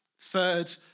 Third